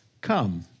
Come